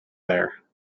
there